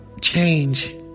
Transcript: change